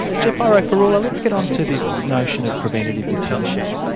ah geoff ah airo-farulla, let's get on to this notion of preventative detention.